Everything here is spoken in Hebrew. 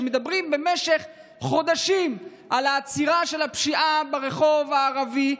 שמדברים במשך חודשים על העצירה של הפשיעה ברחוב הערבי,